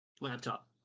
Laptop